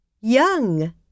young